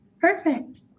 Perfect